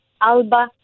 Alba